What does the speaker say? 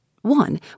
One